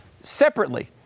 Separately